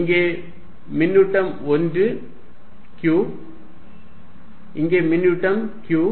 இங்கே மின்னூட்டம் 1 q இங்கே மின்னூட்டம் q